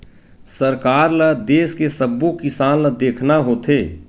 सरकार ल देस के सब्बो किसान ल देखना होथे